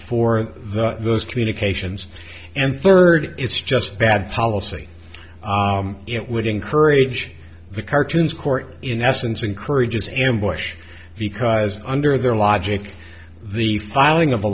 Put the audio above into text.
for those communications and third it's just bad policy it would encourage the cartoons court in essence encourages ambush because under their logic the filing of a